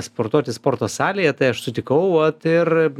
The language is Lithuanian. sportuoti sporto salėje tai aš sutikau vat ir